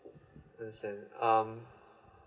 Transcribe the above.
let's say um